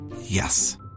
Yes